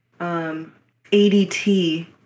ADT